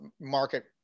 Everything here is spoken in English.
market